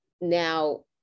now